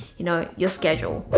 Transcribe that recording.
you know, your schedule.